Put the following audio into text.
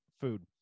food